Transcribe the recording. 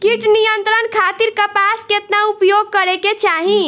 कीट नियंत्रण खातिर कपास केतना उपयोग करे के चाहीं?